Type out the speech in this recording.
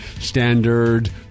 standard